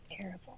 terrible